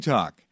Talk